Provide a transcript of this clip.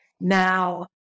Now